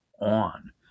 on